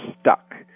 stuck